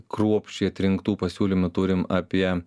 kruopščiai atrinktų pasiūlymų turim apie